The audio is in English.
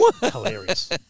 hilarious